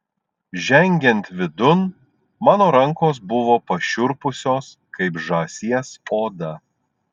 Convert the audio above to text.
žengiant vidun mano rankos buvo pašiurpusios kaip žąsies oda